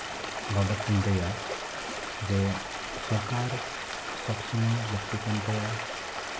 ᱵᱟᱵᱚᱫ ᱛᱤᱧ ᱞᱟᱹᱭᱟ ᱡᱮ ᱥᱚᱨᱠᱟᱨ ᱥᱚᱵᱽ ᱥᱚᱢᱚᱭ ᱞᱟᱹᱠᱛᱤ ᱠᱟᱱ ᱛᱟᱭᱟ